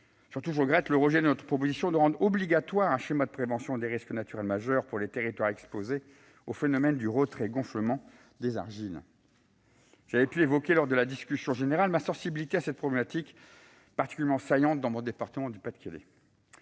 Surtout, je regrette le rejet de notre proposition de rendre obligatoire un schéma de prévention des risques naturels majeurs pour les territoires exposés au phénomène du retrait-gonflement des argiles. J'avais souligné en première lecture, lors de la discussion générale, ma sensibilité vis-à-vis de cette problématique, particulièrement saillante dans mon département du Pas-de-Calais.